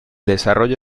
desarrollo